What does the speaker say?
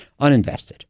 uninvested